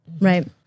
Right